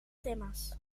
temes